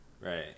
Right